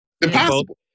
Impossible